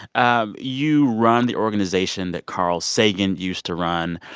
um you run the organization that carl sagan used to run.